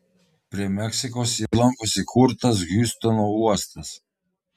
prie meksikos įlankos įkurtas hjustono uostas